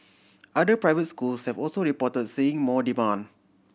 other private schools have also reported seeing more demand